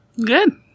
Good